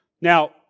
Now